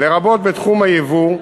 לרבות בתחום היבוא,